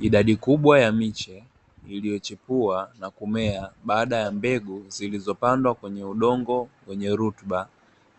Idadi kubwa ya miche iliochipua na kumea baada ya mbegu ziliopandwa kwenye udongo wenye rutuba,